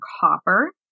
copper